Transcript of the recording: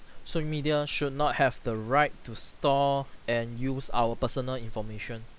social media should not have the right to store and use our personal information